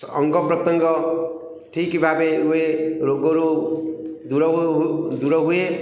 ଅଙ୍ଗ ପ୍ରତ୍ୟଙ୍ଗ ଠିକ୍ ଭାବେ ରୁହେ ରୋଗରୁ ଦୂର ହୁଏ